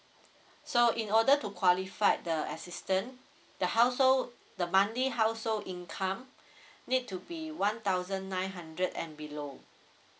so in order to qualify the assistance the household the monthly household income need to be one thousand nine hundred and below